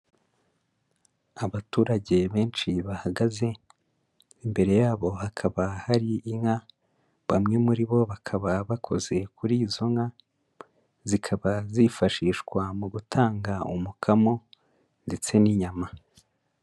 Abaturage benshi bahagaze, imbere yabo hakaba hari inka, bamwe muri bo bakaba bakoze kuri izo nka, zikaba zifashishwa mu gutanga umukamo ndetse n'inyama.